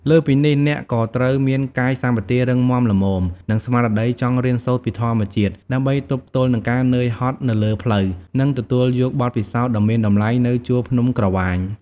លើសពីនេះអ្នកក៏ត្រូវមានកាយសម្បទារឹងមាំល្មម និងស្មារតីចង់រៀនសូត្រពីធម្មជាតិ ដើម្បីទប់ទល់នឹងការនឿយហត់នៅលើផ្លូវ និងទទួលយកបទពិសោធន៍ដ៏មានតម្លៃនៅជួរភ្នំក្រវាញ។